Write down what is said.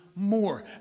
more